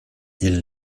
ils